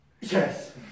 Yes